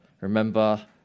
Remember